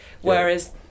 Whereas